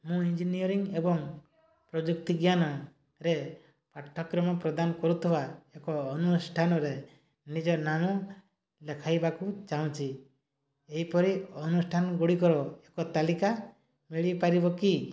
ମୁଁ ଇଞ୍ଜିନିୟରିଂ ଏବଂ ପ୍ରଯୁକ୍ତିଜ୍ଞାନରେ ପାଠ୍ୟକ୍ରମ ପ୍ରଦାନ କରୁଥିବା ଏକ ଅନୁଷ୍ଠାନରେ ନିଜ ନାମ ଲେଖାଇବାକୁ ଚାହୁଁଛି ଏହିପରି ଅନୁଷ୍ଠାନଗୁଡ଼ିକର ଏକ ତାଲିକା ମିଳିପାରିବ କି